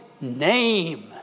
name